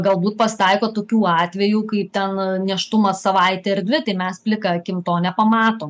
galbūt pasitaiko tokių atvejų kai ten nėštumas savaitė ar dvi tai mes plika akim to nepamatom